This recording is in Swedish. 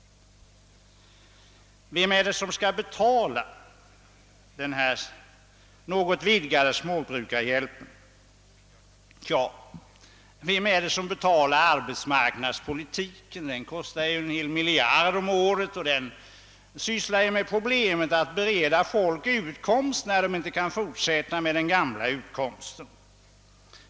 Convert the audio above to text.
Vem är det som skall betala denna något utvidgade småbrukarhjälp? Ja, vem är det som betalar arbetsmarknadspolitiken? Den kostar en hel miljard om året, och den sysslar ju med problemet att bereda folk utkomst, när de inte kan fortsätta att få sin utkomst på samma sätt som förut.